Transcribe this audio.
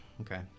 okay